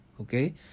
Okay